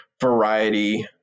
variety